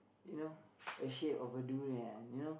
you know a shape of a durian you know